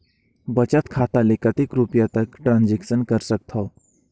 बचत खाता ले कतेक रुपिया तक ट्रांजेक्शन कर सकथव?